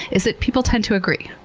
is that people tend to agree.